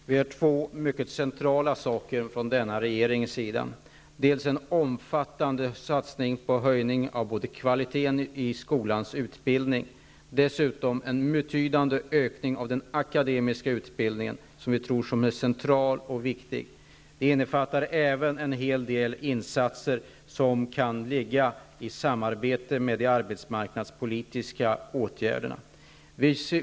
Herr talman! Två saker är mycket centrala för denna regering. Det gäller en omfattande satsning på höjning av kvaliteten i skolans utbildning och en betydande ökning av den akademiska utbildningen, som vi menar är central och viktig. Detta innefattar även en hel del insatser som kan ske i samband med de arbetsmarknadspolitiska åtgärderna.